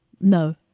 No